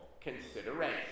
consideration